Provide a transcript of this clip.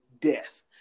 death